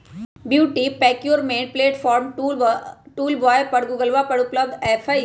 B two B procurement platform tool by गूगलवा पर उपलब्ध ऐप हई